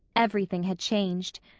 everything had changed.